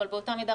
אבל באותה מידה,